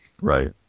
Right